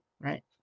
right